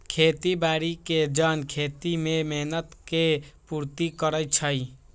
खेती बाड़ी के जन खेती में मेहनत के पूर्ति करइ छइ